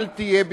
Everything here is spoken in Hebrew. אל תהיה במקומי,